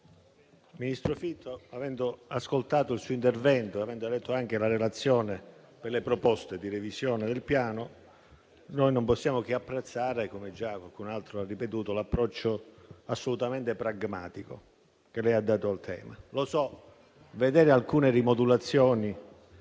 ministro Fitto, avendo ascoltato il suo intervento e avendo letto anche la relazione con le proposte di revisione del Piano, noi non possiamo che apprezzare, come già qualcun altro ha ribadito, l'approccio assolutamente pragmatico che lei ha dato al tema. Lo so, vedere alcune rimodulazioni